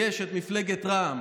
יש את מפלגת רע"מ,